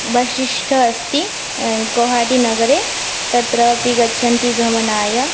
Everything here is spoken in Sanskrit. विशिष्ठ अस्ति गौहाटीनगरे तत्रापि गच्छन्ति भ्रमनाय